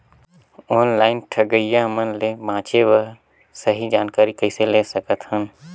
Online ठगईया मन ले बांचें बर सही जानकारी कइसे ले सकत हन?